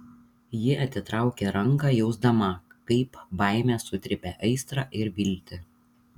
ji atitraukė ranką jausdama kaip baimė sutrypia aistrą ir viltį